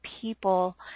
people